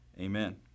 Amen